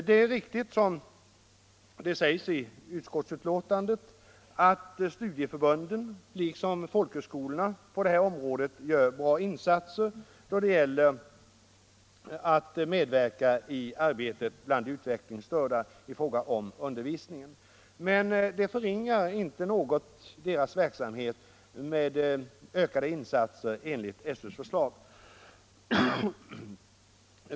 Det är riktigt, som det sägs i utskottsbetänkandet, att studieförbunden liksom folkhögskolorna på det här området gör bra insatser för de utvecklingstördas undervisning. SÖ:s förslag innebär inte på något sätt ett förringande av dessa insatser.